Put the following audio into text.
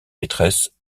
maîtresse